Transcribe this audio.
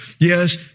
Yes